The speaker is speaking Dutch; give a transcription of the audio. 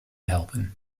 helpen